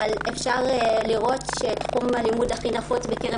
אבל אפשר לראות שתחום הלימוד הכי נפוץ בקרב